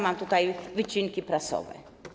Mam tutaj wycinki prasowe.